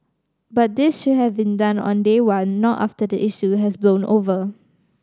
but this should have been done on day one not after the issue has blown over